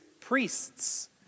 priests